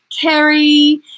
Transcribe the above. Kerry